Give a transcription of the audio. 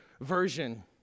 version